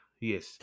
Yes